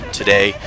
today